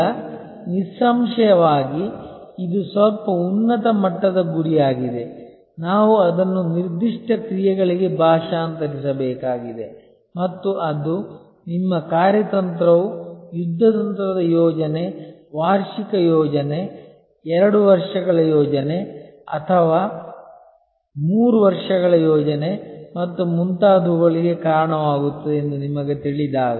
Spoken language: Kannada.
ಈಗ ನಿಸ್ಸಂಶಯವಾಗಿ ಇದು ಸ್ವಲ್ಪ ಉನ್ನತ ಮಟ್ಟದ ಗುರಿಯಾಗಿದೆ ನಾವು ಅದನ್ನು ನಿರ್ದಿಷ್ಟ ಕ್ರಿಯೆಗಳಿಗೆ ಭಾಷಾಂತರಿಸಬೇಕಾಗಿದೆ ಮತ್ತು ಅದು ನಿಮ್ಮ ಕಾರ್ಯತಂತ್ರವು ಯುದ್ಧತಂತ್ರದ ಯೋಜನೆ ವಾರ್ಷಿಕ ಯೋಜನೆ 2 ವರ್ಷಗಳ ಯೋಜನೆ ಅಥವಾ 3 ವರ್ಷಗಳ ಯೋಜನೆ ಮತ್ತು ಮುಂತಾದವುಗಳಿಗೆ ಕಾರಣವಾಗುತ್ತದೆ ಎಂದು ನಿಮಗೆ ತಿಳಿದಾಗ